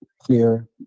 clear